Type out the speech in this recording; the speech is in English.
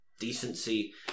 decency